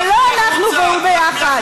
ולא אנחנו והוא ביחד.